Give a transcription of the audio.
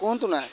କୁହନ୍ତୁନା